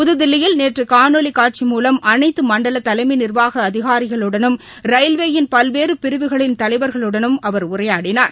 புதுதில்லியில் நேற்று காணொலி காட்சி மூலம் அனைத்து மண்டல தலைமை நிர்வாக அதிகாரிகளுடனும் ரயில்வேயின் பல்வேறு பிரிவுகளின் தலைவர்களுடனும் அவர் உரையாடினார்